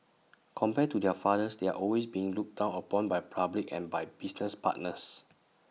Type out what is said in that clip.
compared to their fathers they're always being looked down upon by public and by business partners